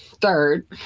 third